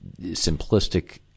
simplistic